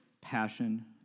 passion